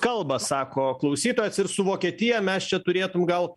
kalba sako klausytojas ir su vokietija mes čia turėtum gal